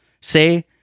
say